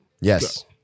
Yes